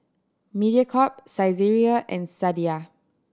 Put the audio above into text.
Mediacorp Saizeriya and Sadia